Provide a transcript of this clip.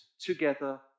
together